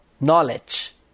knowledge